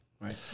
right